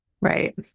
right